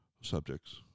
subjects